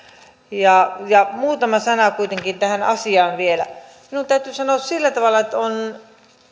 muutama sana kuitenkin tähän asiaan vielä minun täytyy sanoa sillä tavalla että olen